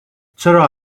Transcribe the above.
چرا